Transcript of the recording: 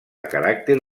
caràcter